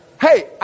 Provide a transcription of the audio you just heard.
hey